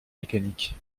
mécaniques